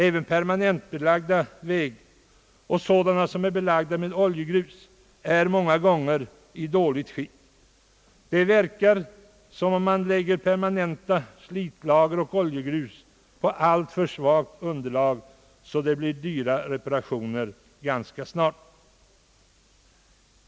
även permanentbelagda vägar och vägar belagda med oljegrus är många gånger i dåligt skick. Det verkar som om permanenta slitlager och oljegrus lägges på alltför svagt underlag, så att man får dyrbara reparationer ganska snart.